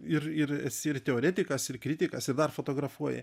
ir ir esi ir teoretikas ir kritikas ir dar fotografuoji